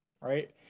right